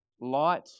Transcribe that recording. light